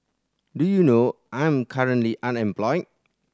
do you know I am currently unemployed